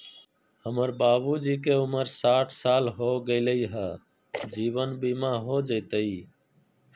हमर बाबूजी के उमर साठ साल हो गैलई ह, जीवन बीमा हो जैतई?